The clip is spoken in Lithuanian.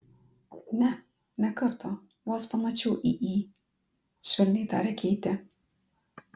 ne nė karto vos pamačiau į į švelniai tarė keitė